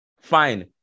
fine